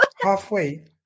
Halfway